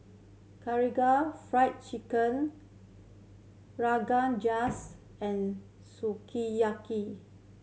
Karaage Fried Chicken Rogan Josh and Sukiyaki